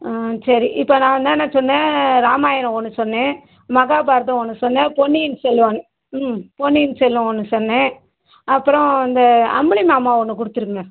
ஆ சரி இப்போ நான் என்னன்ன சொன்னேன் ராமாயணம் ஒன்று சொன்னேன் மகாபாரதம் ஒன்று சொன்னேன் பொன்னியின் செல்வன் பொன்னியின் செல்வன் ஒன்று சொன்னேன் அப்புறம் இந்த அம்புலிமாமா ஒன்று கொடுத்துருங்க